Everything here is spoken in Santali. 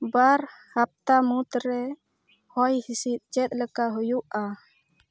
ᱵᱟᱨ ᱦᱟᱯᱛᱟ ᱢᱩᱫᱽᱨᱮ ᱦᱚᱭᱼᱦᱤᱥᱤᱫ ᱪᱮᱫᱞᱮᱠᱟ ᱦᱩᱭᱩᱜᱼᱟ